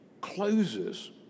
closes